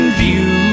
view